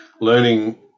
learning